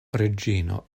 reĝino